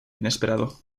inesperado